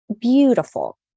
beautiful